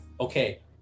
okay